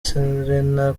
serena